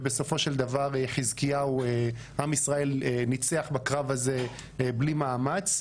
ובסופו של דבר עם ישראל ניצח בקרב הזה בלי מאמץ.